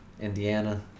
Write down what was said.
Indiana